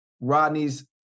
Rodney's